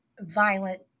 violent